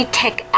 take